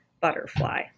butterfly